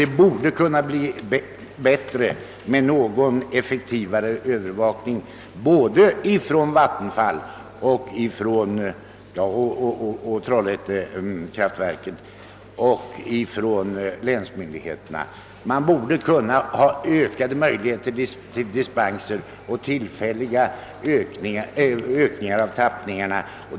Det borde kunna bli bättre genom en effektivare övervakning både från vattenfallsverkets, Trollhättekraftverkets och länsmyndigheternas sida. Det borde finnas större möjligheter till dispenser för tillfälliga ökningar av tappningen.